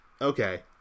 Okay